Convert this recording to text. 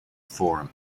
forum